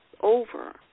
over